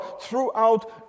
throughout